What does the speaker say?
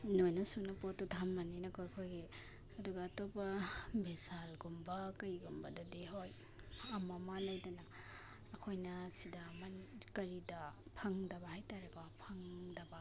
ꯂꯣꯏꯅ ꯁꯨꯅ ꯄꯣꯠꯇꯨ ꯊꯝꯕꯅꯤꯅꯀꯣ ꯑꯩꯈꯣꯏꯒꯤ ꯑꯗꯨꯒ ꯑꯇꯣꯞꯄ ꯚꯤꯁꯥꯜꯒꯨꯝꯕ ꯀꯩꯒꯨꯝꯕꯗꯗꯤ ꯍꯣꯏ ꯑꯃꯃ ꯂꯩꯗꯅ ꯑꯩꯈꯣꯏꯅ ꯁꯤꯗ ꯑꯃ ꯀꯔꯤꯗ ꯐꯪꯗꯕ ꯍꯥꯏꯇꯥꯔꯦꯀꯣ ꯐꯪꯗꯕ